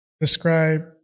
describe